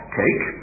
take